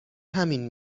همین